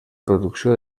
producció